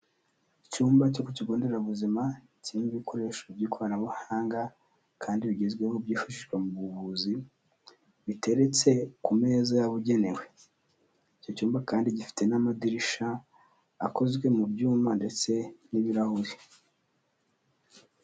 Icyumba cyo ku kigo nderabuzima kirimo ibikoresho by'ikoranabuhanga kandi bigezweho byifashishwa mu buvuzi biteretse ku meza yabugenewe, icyo cyumba kandi gifite n'amadirishya akozwe mu byuma ndetse n'ibirahure.